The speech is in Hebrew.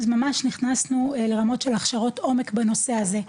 אז ממש נכנסנו לרמות של הכשרות עומק בנושא הזה,